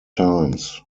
times